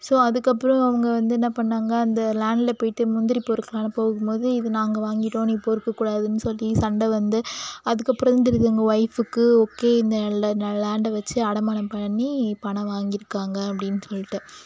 so அதுக்கப்புறோம் அவங்க வந்து என்ன பண்ணிணாங்க அந்த லேண்டில் போய்ட்டு முந்திரி பொறுக்கலானு போகும்போது இது நாங்கள் வாங்கிட்டோம் நீ பொறுக்க கூடாதுன்னு சொல்லி சண்டை வந்து அதுக்கப்புறோம் தெரியுது அவங்கள் ஒய்ஃப்புக்கு ஓகே இந்த லேண்டை வச்சு அடமானம் பண்ணி பணம் வாங்கியிருக்காங்க அப்டின்னு சொல்லிட்டு